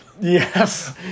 yes